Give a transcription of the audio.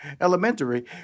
Elementary